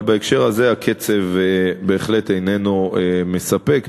אבל בהקשר הזה הקצב בהחלט איננו מספק,